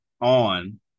on